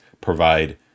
provide